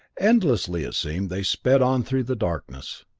endlessly, it seemed, they sped on through the darkness.